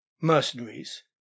Mercenaries